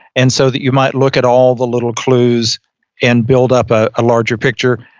and so that you might look at all the little clues and build up a larger picture.